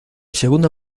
segunda